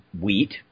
wheat